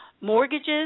mortgages